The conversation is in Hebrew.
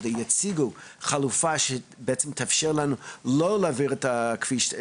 יציגו חלופה שבעצם תאפשר לנו לא להעביר את הכביש?